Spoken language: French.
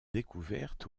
découvertes